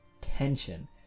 tension